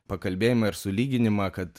pakalbėjimą ir sulyginimą kad